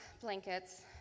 blankets